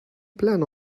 plan